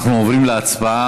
אנחנו עוברים להצבעה.